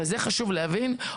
וחשוב להבין את זה,